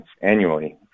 annually